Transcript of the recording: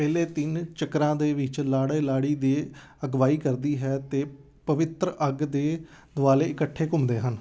ਪਹਿਲੇ ਤਿੰਨ ਚੱਕਰਾਂ ਦੇ ਵਿੱਚ ਲਾੜੇ ਲਾੜੀ ਦੇ ਅਗਵਾਈ ਕਰਦੀ ਹੈ ਅਤੇ ਪਵਿੱਤਰ ਅੱਗ ਦੇ ਦੁਆਲੇ ਇਕੱਠੇ ਘੁੰਮਦੇ ਹਨ